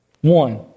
One